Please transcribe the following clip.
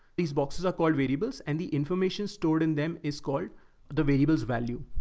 these boxes are called variables and the information stored in them is called the variable's value.